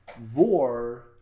vor